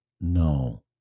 no